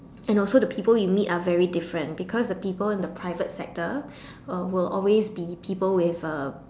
and also the people you meet are very different because the people in the private sector will always be people with a